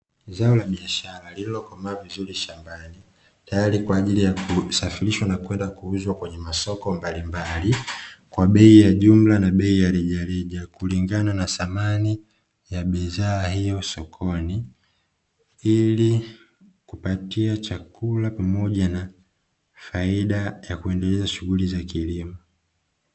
Zao la biashara lililokomaa vizuri shambani tayari kwa ajili ya kusafirishwa na kwenda kuuzwa kwenye masoko mbalimbali kwa bei ya jumla na bei ya rejareja, kulingana na thamani ya bidhaa hiyo sokoni ili kupatia chakula pamoja na faida ya kuendeleza shughuli za kilimo.